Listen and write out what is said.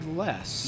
less